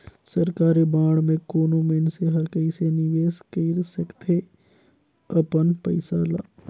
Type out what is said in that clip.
सरकारी बांड में कोनो मइनसे हर कइसे निवेश कइर सकथे अपन पइसा ल